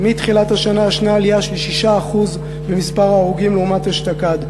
מתחילת השנה יש עלייה של 6% במספר ההרוגים לעומת אשתקד,